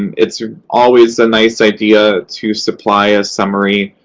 it's always a nice idea to supply a summary.